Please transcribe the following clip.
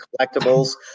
collectibles